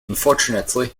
unfortunately